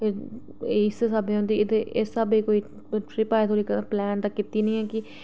इस स्हाबे दे हुंदी इस सहाबे दी कोई ट्रिप अजें धोड़ी प्लैन ता कीती नी ऐ कि